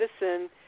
medicine